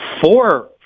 four